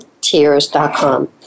tears.com